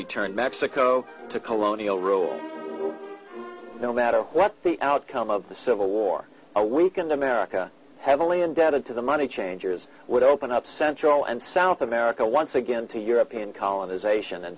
return mexico to colonial rule no matter what the outcome of the civil war a weakened america heavily indebted to the money changers would open up central and south america once again to european colonization and